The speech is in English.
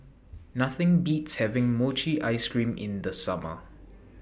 Nothing Beats having Mochi Ice Cream in The Summer